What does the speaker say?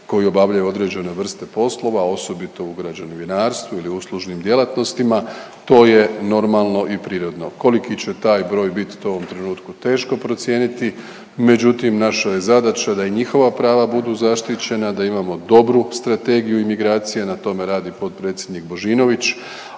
koji obavljaju određene vrste poslova, a osobito u građevinarstvu ili uslužnim djelatnostima. To je normalno i prirodno. Koliki će taj broj bit to je u ovom trenutku teško procijeniti, međutim naša je zadaća da i njihova prava budu zaštićena, da imamo dobru strategiju imigracija. Na tome radi potpredsjednik Božinović,